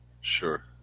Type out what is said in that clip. Sure